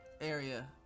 area